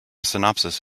synopsis